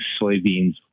soybeans